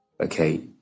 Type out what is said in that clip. okay